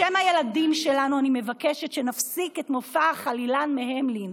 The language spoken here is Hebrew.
בשם הילדים שלנו אני מבקשת שנפסיק את מופע החלילן מהמלין.